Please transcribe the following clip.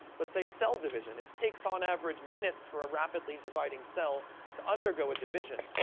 let's say, cell division. it takes, on average, minutes for a rapidly dividing cell to undergo a division.